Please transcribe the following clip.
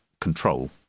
control